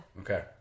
Okay